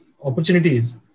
opportunities